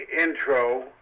intro